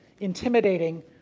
intimidating